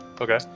Okay